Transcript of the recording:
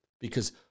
because-